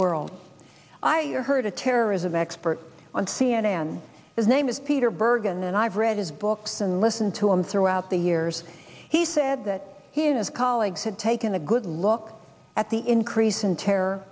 world i heard a terrorism expert on c n n his name is peter bergen and i've read his books and listened to him throughout the years he said that his colleagues had taken a good look at the increase in terror